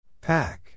Pack